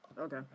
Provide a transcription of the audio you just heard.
Okay